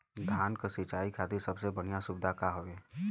धान क सिंचाई खातिर सबसे बढ़ियां सुविधा का हवे?